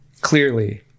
clearly